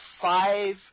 five